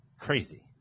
Crazy